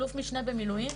אלוף משנה במילואים,